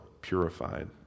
purified